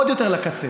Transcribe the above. עוד יותר לקצה.